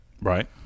Right